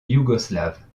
yougoslave